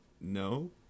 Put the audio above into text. No